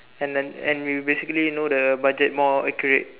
and then and we basically know the budget more accurate